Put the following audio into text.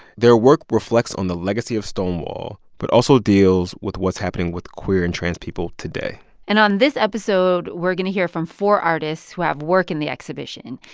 their work reflects on the legacy of stonewall but also deals with what's happening with queer and trans people today and on this episode, we're going to hear from four artists who have work in the exhibition.